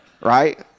Right